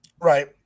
right